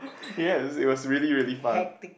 yes it was really really fun